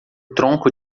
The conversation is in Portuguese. tronco